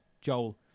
Joel